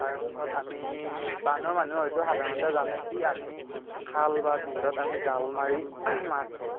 তাৰ পিছত আমি টাউনৰ মানুহে হয়তু সাধাৰণতে জানে কি আমি খাল বা বিলত আমি জাল মাৰি মাছ ধৰোঁ